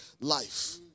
life